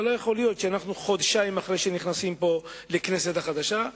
אבל לא יכול להיות שחודשיים אחרי שנכנסים פה לכנסת החדשה,